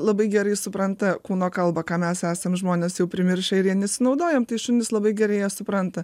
labai gerai supranta kūno kalbą ką mes esam žmonės jau primiršę ir ja nesinaudojam tai šunys labai gerai ją supranta